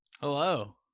Hello